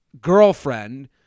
girlfriend